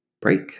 break